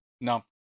No